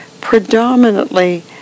predominantly